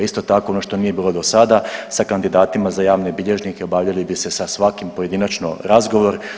Isto tako ono što nije bilo do sada sa kandidatima za javne bilježnike obavljali bi se sa svakim pojedinačno razgovor.